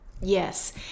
Yes